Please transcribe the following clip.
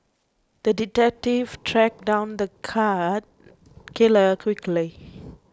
the detective tracked down the cat killer quickly